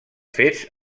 fets